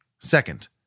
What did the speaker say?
Second